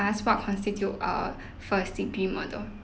ask what constitute a first degree murder